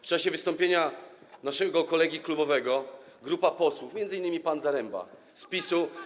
W czasie wystąpienia naszego kolegi klubowego grupa posłów, m.in. pan Zaremba z PiS-u.